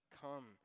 come